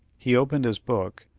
he opened his book,